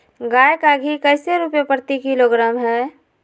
गाय का घी कैसे रुपए प्रति किलोग्राम है?